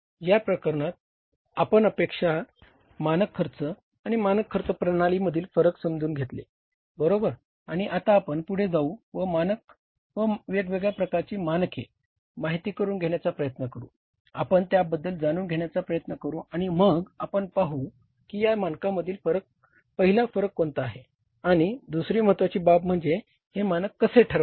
म्हणून या प्रकरणात आपण अपेक्षा मानक खर्च आणि मानक खर्च प्रणालीमधील फरक समजून घेतले बरोबर आणि आता आपण पुढे जाऊ व मानक माहिती करून घेण्याचा प्रयत्न करू आपण त्याबद्दल जाणून घेण्याचा प्रयत्न करू आणि मग आपण पाहू की या मानकांमधील पहिला फरक कोणता आहे आणि दुसरी महत्त्वाची बाब म्हणजे हे मानक कसे ठरवावे